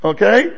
Okay